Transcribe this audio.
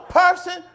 person